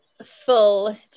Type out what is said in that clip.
Full